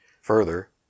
further